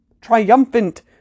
Triumphant